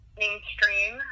mainstream